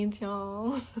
y'all